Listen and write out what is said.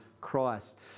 Christ